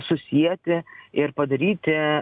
susieti ir padaryti